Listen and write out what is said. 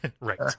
Right